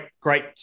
great